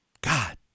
God